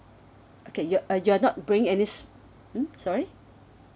okay you uh you're not bringing any s~ hmm sorry